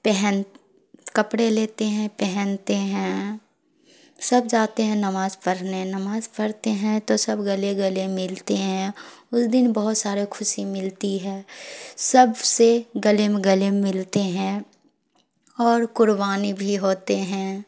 پہن کپڑے لیتے ہیں پہنتے ہیں سب جاتے ہیں نماز پڑھنے نماز پڑھتے ہیں تو سب گلے گلے ملتے ہیں اس دن بہت سارے خوشی ملتی ہے سب سے گلے میں گلے ملتے ہیں اور قربانی بھی ہوتے ہیں